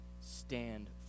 stand